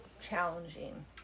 challenging